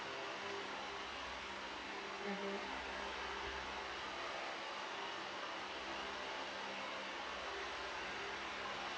mmhmm